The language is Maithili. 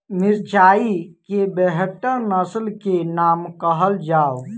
मिर्चाई केँ बेहतर नस्ल केँ नाम कहल जाउ?